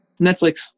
Netflix